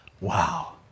wow